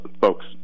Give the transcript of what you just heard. folks